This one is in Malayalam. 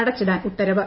അടച്ചിടാൻ ഉത്തരവ്